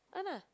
!han nah!